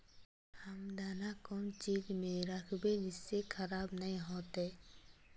हम दाना कौन चीज में राखबे जिससे खराब नय होते?